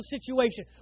situation